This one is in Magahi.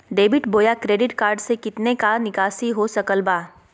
डेबिट बोया क्रेडिट कार्ड से कितना का निकासी हो सकल बा?